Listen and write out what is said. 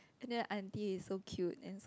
and then aunty is so cute and so